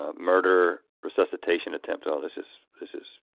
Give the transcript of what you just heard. ah murder, resuscitation attempt. oh, this is this is